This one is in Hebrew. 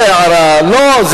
אל תעליב את השר ליברמן,